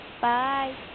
bye